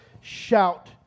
shout